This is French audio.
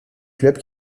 club